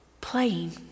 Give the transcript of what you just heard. playing